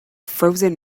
frozen